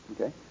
Okay